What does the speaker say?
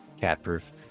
cat-proof